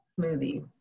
smoothie